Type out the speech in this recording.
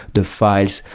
the files,